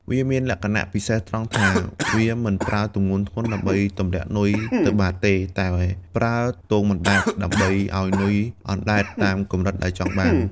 វាមានលក្ខណៈពិសេសត្រង់ថា វាមិនប្រើទម្ងន់ធ្ងន់ដើម្បីទម្លាក់នុយទៅបាតទេ តែប្រើទង់បណ្ដែតដើម្បីឲ្យនុយអណ្ដែតតាមកម្រិតដែលចង់បាន។